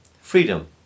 Freedom